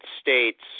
States